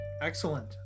excellent